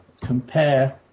compare